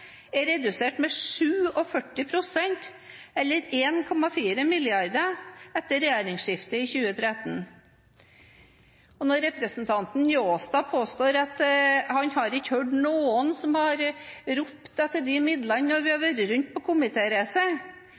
er redusert med 47 pst., eller 1,4 mrd. kr etter regjeringsskiftet i 2013. Og når representanten Njåstad påstår at han ikke har hørt noen som har ropt etter de midlene når vi har vært på